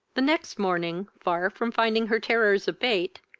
the next morning, far from finding her terrors abate,